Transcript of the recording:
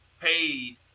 paid